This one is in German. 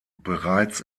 bereits